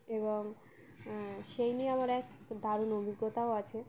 এবং সেই নিয়ে আমার এক দারুণ অভিজ্ঞতাও আছে